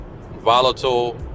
volatile